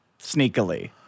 sneakily